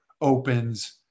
opens